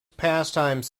pastimes